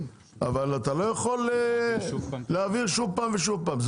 אבל אתה לא יכול להבהיר שוב פעם ושוב פעם.